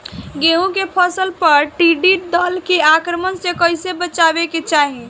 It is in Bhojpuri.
गेहुँ के फसल पर टिड्डी दल के आक्रमण से कईसे बचावे के चाही?